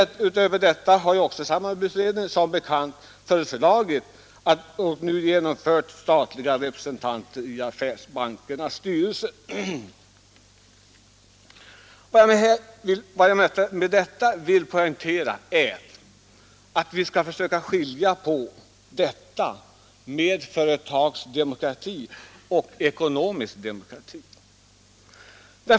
Utöver detta har samarbetsutredningen som bekant också föreslagit statliga representanter i affärsbankernas styrelser, vilket också genomförts. Vad jag vill poängtera är alltså att vi skall skilja mellan företagsdemokrati och ekonomisk demokrati.